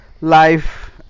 life